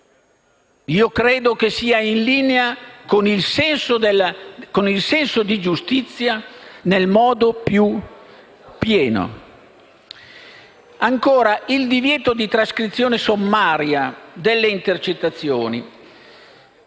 Io credo che sia in linea con il senso di giustizia nel modo più pieno. Quanto al divieto di trascrizione sommaria delle intercettazioni,